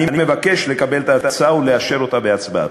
אני מבקש לקבל את ההצעה ולאשר אותה בהצבעה.